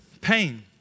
pain